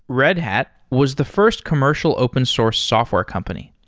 red hat was the first commercial open source software company.